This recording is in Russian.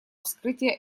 вскрытия